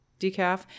decaf